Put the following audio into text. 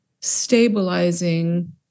stabilizing